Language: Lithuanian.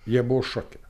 jie buvo šoke